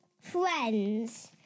friends